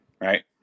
right